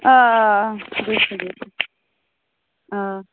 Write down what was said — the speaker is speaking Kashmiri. آ آ آ بِلکُل بِلکُل آ